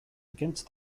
against